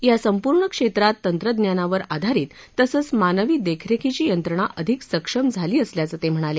या संपूर्ण क्षेत्रात तंत्रज्ञानाधारित तसंच मानवी देखरेखीची यंत्रणा अधिक सक्षम झाली असल्याचं ते म्हणाले